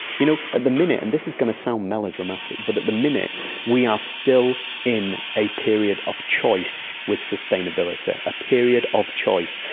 you know, at the minute, and this is going to sound melodramatic, but at the minute we are still in a period of choice with sustainability, a period of choice.